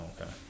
okay